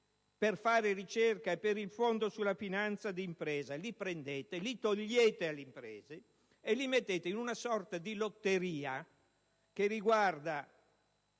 per fare ricerca e per il fondo sulla finanza d'impresa: li prendete, li togliete alle imprese e li mettete in una sorta di lotteria che riguarda